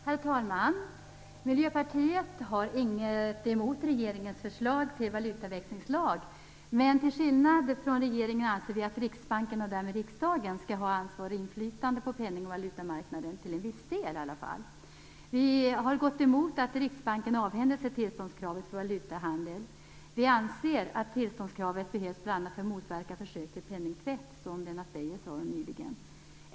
Herr talman! Miljöpartiet har inget emot regeringens förslag till valutaväxlingslag, men till skillnad från regeringen anser vi att Riksbanken, och därmed riksdagen, skall ha ansvar och inflytande över penning och valutamarknaden, åtminstone till en viss del. Vi har gått emot att Riksbanken avhändar sig tillståndskravet för valutahandel. Vi anser att tillståndskravet behövs, bl.a. för att, som Lennart Beijer sade, motverka försök till penningtvätt.